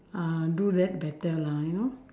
uh do that better lah you know